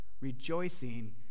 Rejoicing